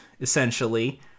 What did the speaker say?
essentially